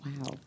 Wow